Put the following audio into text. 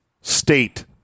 state